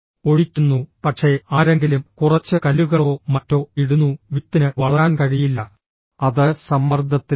ഒഴിക്കുന്നു പക്ഷേ ആരെങ്കിലും കുറച്ച് കല്ലുകളോ മറ്റോ ഇടുന്നു വിത്തിന് വളരാൻ കഴിയില്ല അത് സമ്മർദ്ദത്തിലാണ്